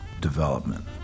development